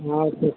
हाँ तो